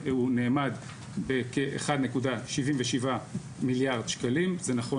הוא נאמד בכ-1.77 מיליארד שקלים זה נכון